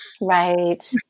Right